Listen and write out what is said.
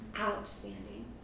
outstanding